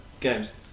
Games